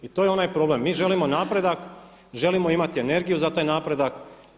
I to je onaj problem, mi želimo napredak, želimo imati energiju za taj napredak.